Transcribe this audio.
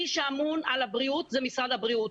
מי שאמון על הבריאות זה משרד הבריאות.